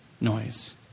noise